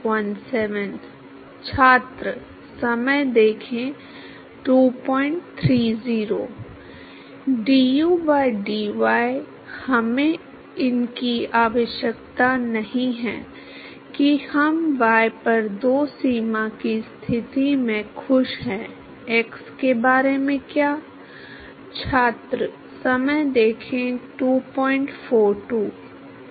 du by dy हमें इसकी आवश्यकता नहीं है कि हम y पर दो सीमा की स्थिति से खुश हैं x के बारे में क्या